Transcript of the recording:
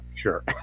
Sure